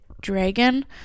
dragon